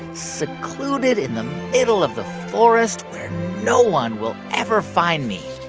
secluded in the middle of the forest, where no one will ever find me